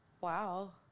Wow